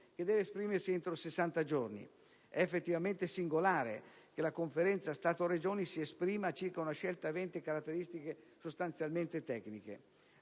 che deve esprimersi entro 60 giorni. È effettivamente singolare che la Conferenza Stato-Regioni si esprima su una scelta avente caratteristiche sostanzialmente tecniche.